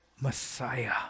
Messiah